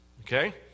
okay